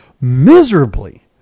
Miserably